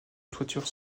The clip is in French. toitures